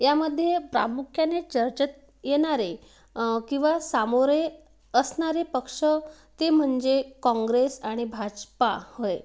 यामध्ये प्रामुख्याने चर्चेत येणारे किंवा सामोरे असणारे पक्ष ते म्हणजे काँग्रेस आणि भाजपा होय